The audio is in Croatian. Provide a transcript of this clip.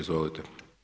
Izvolite.